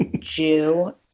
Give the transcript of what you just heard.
jew